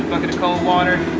cold water.